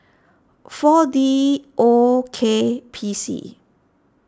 four D O K P C